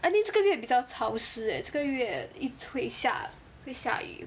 I think 这个月比较潮湿 eh 这个月一吹会下会下雨